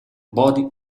body